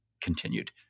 continued